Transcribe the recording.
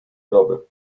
doby